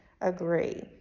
agree